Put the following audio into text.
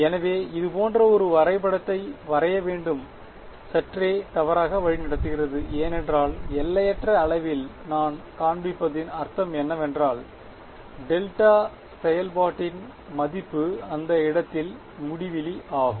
எனவே இது போன்ற ஒரு வரைபடத்தை வரைய வேண்டும் சற்றே தவறாக வழிநடத்துகிறது ஏனென்றால் எல்லையற்ற அளவில் நான் காண்பிப்பதன் அர்த்தம் என்னவென்றால் டெல்டா செயல்பாட்டின் மதிப்பு அந்த இடத்தில் முடிவிலி ஆகும்